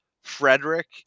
Frederick